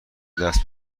دست